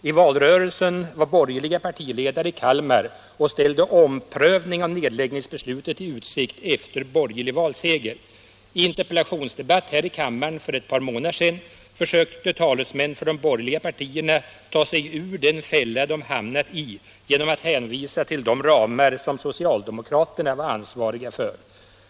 I valrörelsen var borgerliga partiledare i Kalmar och ställde omprövning av nedläggningsbeslutet i utsikt efter borgerlig valseger. I en interpellationsdebatt här i kammaren för ett par månader sedan försökte talesmän för de borgerliga partierna ta sig ur den fälla de hamnat i genom att hänvisa till de ramar som socialdemokraterna var ansvariga för.